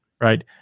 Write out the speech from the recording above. right